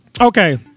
Okay